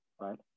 right